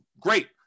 Great